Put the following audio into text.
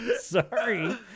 Sorry